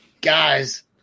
guys